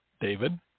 David